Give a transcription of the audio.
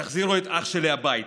תחזירו את אח שלי הביתה,